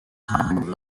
time